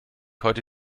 heute